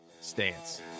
stance